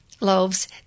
loaves